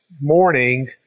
morning